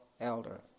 elder